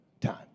time